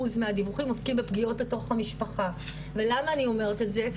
עוסקים בפגיעות בתוך המשפחה ולמה אני אומרת את זה?